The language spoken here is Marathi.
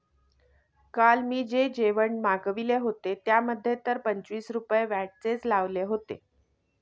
काल मी जे जेवण मागविले होते, त्यामध्ये तर पंचवीस रुपये व्हॅटचेच लावले होते